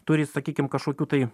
turi sakykim kažkokių tai